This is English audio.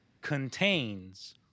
contains